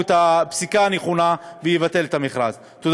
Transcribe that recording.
דיברתי גם עם שר השיכון וגם עם שר האוצר על מנת לבטל את המכרז הזה.